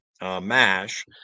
mash